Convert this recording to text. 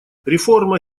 реформа